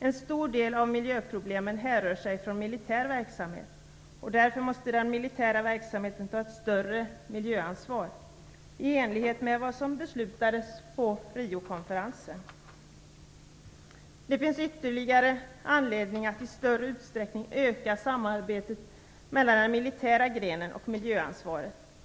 En stor del av miljöproblemen härrör sig från militär verksamhet. Därför måste den militära verksamheten ta ett större miljöansvar i enlighet med vad som beslutades vid Det finns ytterligare anledningar att i större utsträckning öka samarbetet mellan den militära grenen och miljöansvaret.